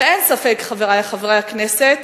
ואין ספק, חברי חברי הכנסת,